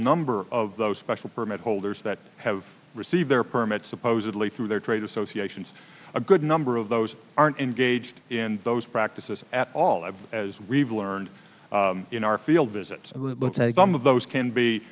number of those special permit holders that have received their permits supposedly through their trade associations a good number of those aren't engaged in those practices at all and as we've learned in our field visit it looks like some of those can be